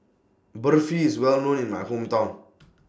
Barfi IS Well known in My Hometown